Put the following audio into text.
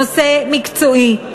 נושא מקצועי,